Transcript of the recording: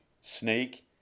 snake